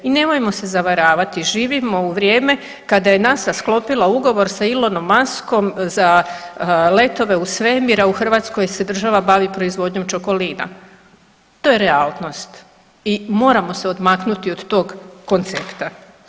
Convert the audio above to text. I nemojmo se zavaravati, živimo u vrijeme kada je NASA sklopila ugovor sa Elonom Muskom za letove u svemir, a u Hrvatskoj se država bavi proizvodnjom čokolina, to je realnost i moramo se odmaknuti od tog koncepta.